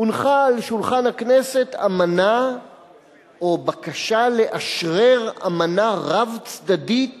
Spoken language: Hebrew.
הונחה על שולחן הכנסת אמנה או בקשה לאשרר אמנה רב-צדדית